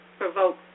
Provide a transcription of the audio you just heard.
provoke